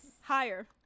Higher